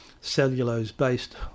cellulose-based